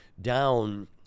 down